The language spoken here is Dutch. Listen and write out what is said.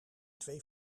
twee